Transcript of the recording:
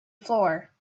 floor